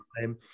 time